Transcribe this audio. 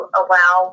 allow